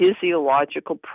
physiological